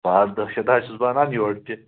پانٛژھ دٔہ شَتھ حظ چھُس بہٕ اَنان یورٕ تہِ